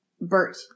Bert